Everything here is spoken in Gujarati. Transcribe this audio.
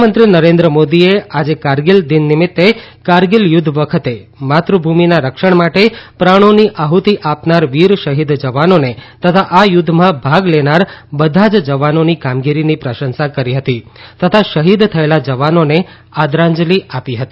પ્રધાનમંત્રી નરેન્દ્ર મોદીએ આજે કારગીલ દિન નિમિત્તે કારગીલ યુદ્ધ વખતે માતૃભૂમિના રક્ષણ માટે પ્રાણોની આઠ્તી આપનાર વીર શહિદ જવાનોને તથા આ યુદ્ધમાં ભાગ લેનાર બધા જ જવાનોની કામગીરીની પ્રશંસા કરી હતી તથા શહીદ થયેલા જવાનોને આદરાંજલી આપી હતી